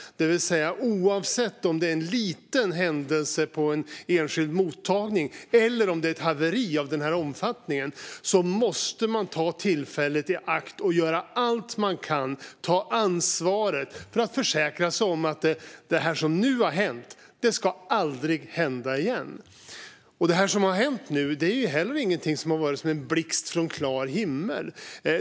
Oavsett om det är fråga om en liten händelse på en enskild mottagning eller ett haveri av denna omfattning måste man ta tillfället i akt och göra allt man kan, ta ansvaret, för att försäkra sig om att det som nu har hänt aldrig ska hända igen. Det som nu har hänt har inte varit en blixt från klar himmel.